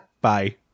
Bye